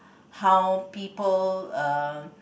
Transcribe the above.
how people err